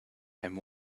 and